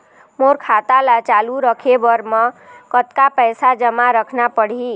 मोर खाता ला चालू रखे बर म कतका पैसा जमा रखना पड़ही?